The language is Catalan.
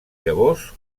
llavors